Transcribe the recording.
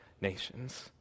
nations